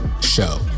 Show